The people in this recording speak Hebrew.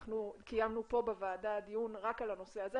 קיימנו בוועדה דיון רק על הנושא הזה,